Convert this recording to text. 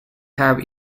have